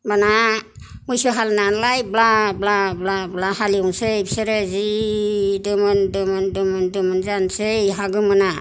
होमबाना मैसौ हालि नालाय ब्ला ब्ला हालेवनोसै बिसोरो जि दोमोन दोमोन दोमोन दोमोन जानोसै हा गोमोना